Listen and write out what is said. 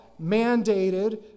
mandated